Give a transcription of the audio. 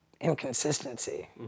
inconsistency